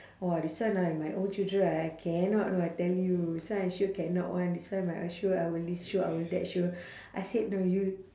!wah! this one ah if my own children ah I cannot [one] I tell you this one I sure cannot [one] this one like I sure I will list~ sure I will that sure I said no you